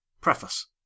Preface